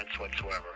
whatsoever